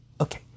Okay